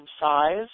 size